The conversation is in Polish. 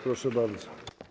Proszę bardzo.